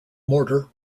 mortar